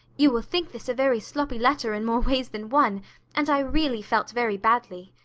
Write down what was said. you will think this a very sloppy letter in more ways than one and i really felt very badly.